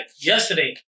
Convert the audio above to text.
yesterday